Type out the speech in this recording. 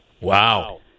Wow